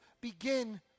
begin